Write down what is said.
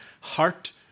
heart